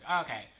okay